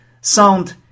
sound